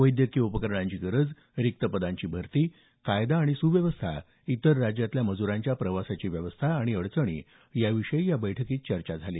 वैद्यकीय उपकरणांची गरज रिक्त पदांची भरती कायदा आणि सुव्यवस्था इतर राज्यातल्या मजुरांच्या प्रवासाची व्यवस्था आणि अडचणी याविषयी या बैठकीत चर्चा झाली